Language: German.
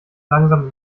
langsam